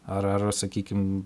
ar ar sakykim